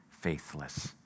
faithless